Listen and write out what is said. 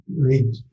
read